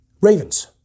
Ravens